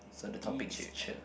so the topic is cher